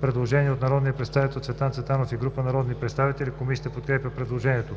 Предложение от народния представител Цветан Цветанов и група народни представители. Комисията подкрепя предложението.